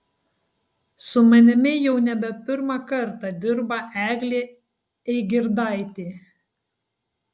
su manimi jau nebe pirmą kartą dirba eglė eigirdaitė